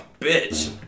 bitch